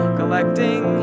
collecting